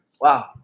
Wow